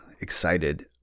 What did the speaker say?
excited